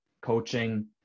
coaching